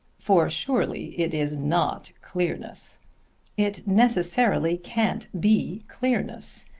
for surely it is not clearness it necessarily can't be clearness.